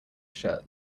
shirt